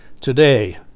today